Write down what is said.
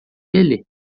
ele